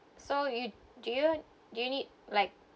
so you do you do you need like